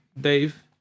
Dave